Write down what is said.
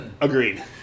agreed